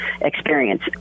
experience